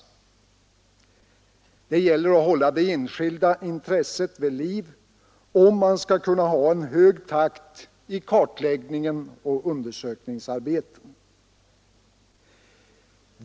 Det gäller att hålla det enskilda intresset vid liv, om man skall kunna ha en hög takt i kartläggning och undersökningsarbeten.